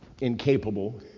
incapable